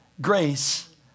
grace